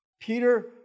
Peter